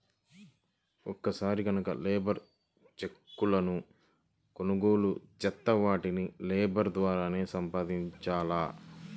ఒక్కసారి గనక లేబర్ చెక్కులను కొనుగోలు చేత్తే వాటిని లేబర్ ద్వారానే సంపాదించాల